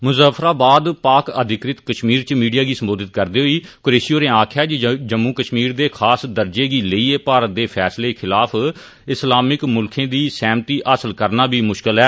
मुज्जफराबाद पाक अधिकृत कश्मीर इच मीडिया गी सम्बोधित करदे होई कुरैशी होरें आक्खेया जे जम्मू कश्मीर दे खास दर्जे गी लेइयै भारत दे फैसले खिलाफ मुस्लिम दुनिया दी सहमति हासल करना बी मुश्किल ऐ